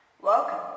Welcome